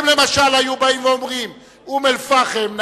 אם למשל היו באים ואומרים: אום-אל-פחם,